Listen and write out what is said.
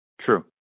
True